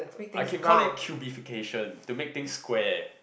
I can call it purification to make things square